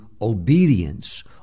Obedience